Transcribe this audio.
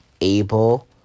able